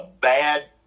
Bad